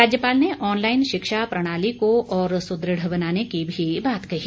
राज्यपाल ने ऑनलाईन शिक्षा प्रणाली को और सुदृढ़ बनाने की भी बात कही